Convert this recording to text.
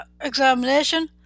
examination